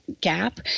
gap